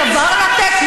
גם אין דבר מה לתת.